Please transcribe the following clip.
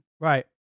Right